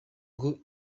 ngo